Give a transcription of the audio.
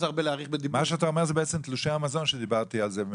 מה שאתה אומר זה בעצם תלושי המזון שדיברתי עליהם,